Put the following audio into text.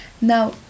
now